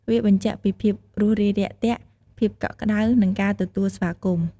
វាបញ្ជាក់ពីភាពរួសរាយរាក់ទាក់ ភាពកក់ក្តៅ និងការទទួលស្វាគមន៍។